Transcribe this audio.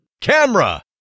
Camera